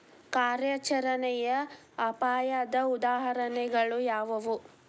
ಕಾರ್ಯಾಚರಣೆಯ ಅಪಾಯದ ಉದಾಹರಣೆಗಳು ಯಾವುವು